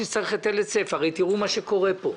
שצריך היטל היצף הרי תראו מה קורה פה: